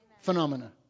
Phenomena